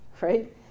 right